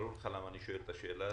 ברור לך למה אני שואל את השאלה הזאת,